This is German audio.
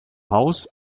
haus